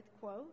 Quote